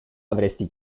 avresti